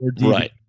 Right